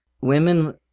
Women